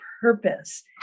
purpose